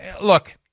Look